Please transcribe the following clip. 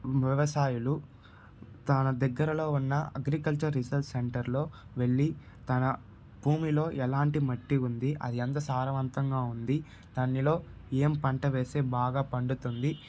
వ్యవసాయులు తన దగ్గరలో ఉన్న అగ్రికల్చర్ రీసెర్చ్ సెంటట్లో వెళ్ళి తన భూమిలో ఎలాంటి మట్టి ఉంది అది ఎంత సారవంతంగా ఉంది దానిలో ఏం పంట వేస్తే బాగా పండుతుంది